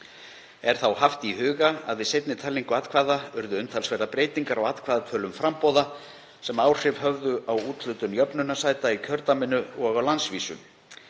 Er þá haft í huga að við seinni talningu atkvæða urðu umtalsverðar breytingar á atkvæðatölum framboða, sem áhrif höfðu á úthlutun jöfnunarsæta í kjördæminu og á landsvísu.